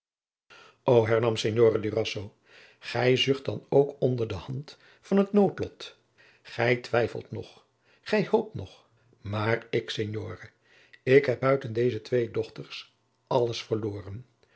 durazzo gij zucht dan ook onder de hand van het noodlot gij twijfelt nog gij hoopt nog maar ik signore ik heb buiten deze twee dochters alles verloren